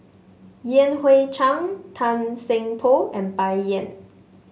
Yan Hui Chang Tan Seng Poh and Bai Yan